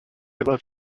love